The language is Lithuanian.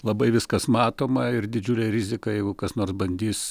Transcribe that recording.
labai viskas matoma ir didžiulė rizika jeigu kas nors bandys